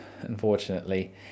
unfortunately